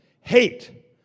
hate